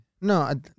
No